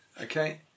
Okay